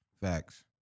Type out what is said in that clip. Facts